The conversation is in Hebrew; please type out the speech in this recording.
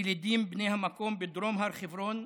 ילידים בני המקום בדרום הר חברון,